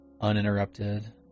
uninterrupted